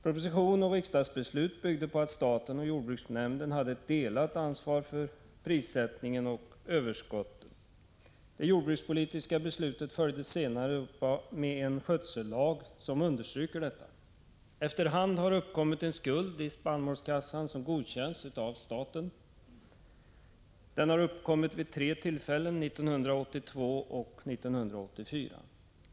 Proposition och riksdagsbeslut byggde på att staten och jordbruksnäringen har ett delat ansvar för prissättningen och överskotten. Det jordbrukspolitiska beslutet följdes senare upp med en skötsellag som understryker detta. Efter hand har uppkommit en skuld i spannmålskassan som godkänts av staten. Den har uppkommit vid tre tillfällen 1982 och 1984.